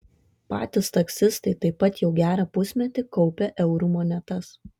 patys taksistai taip pat jau gerą pusmetį kaupia eurų monetas